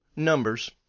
Numbers